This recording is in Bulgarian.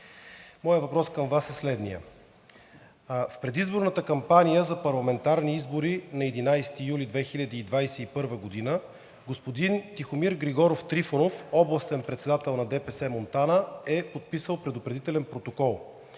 моят въпрос към Вас е следният: в предизборната кампания за парламентарни избори на 11 юли 2021 г. господин Тихомир Григоров Трифонов – областен председател на ДПС – Монтана, е подписал предупредителен протокол.